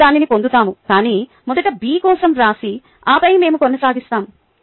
మేము దానిని పొందుతాము కాని మొదట B కోసం వ్రాసి ఆపై మేము కొనసాగిస్తాము